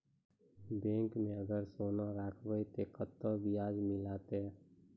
Bank माई अगर सोना राखबै ते कतो ब्याज मिलाते?